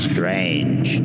Strange